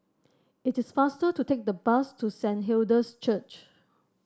it is faster to take the bus to Saint Hilda's Church